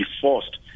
forced